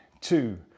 two